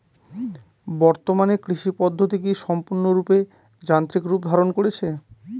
বর্তমানে কৃষি পদ্ধতি কি সম্পূর্ণরূপে যান্ত্রিক রূপ ধারণ করেছে?